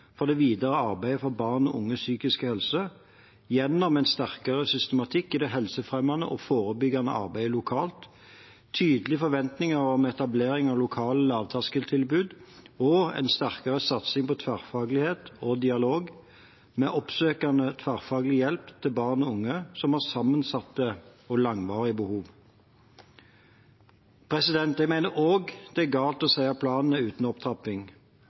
for det videre arbeidet for barn og unges psykiske helse gjennom en sterkere systematikk i det helsefremmende og forebyggende arbeidet lokalt, tydelige forventninger om etablering av lokale lavterskeltilbud og en sterkere satsing på tverrfaglighet og dialog med oppsøkende, tverrfaglig hjelp til barn og unge som har sammensatte og langvarige behov. Jeg mener også det er galt å si at planen er uten opptrapping.